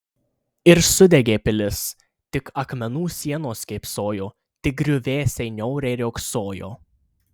ir sudegė pilis tik akmenų sienos kėpsojo tik griuvėsiai niauriai riogsojo